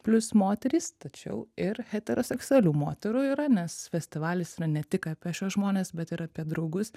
plius moterys tačiau ir heteroseksualių moterų yra nes festivalis yra ne tik apie šiuos žmones bet ir apie draugus